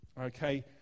okay